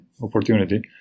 opportunity